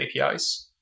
APIs